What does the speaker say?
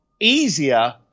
easier